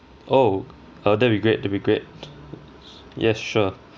oh uh that'd be great that'd be great yes sure